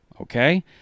Okay